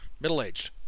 Middle-aged